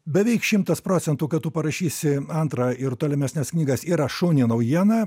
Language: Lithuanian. beveik šimtas procentų kad tu parašysi antrą ir tolimesnes knygas yra šauni naujiena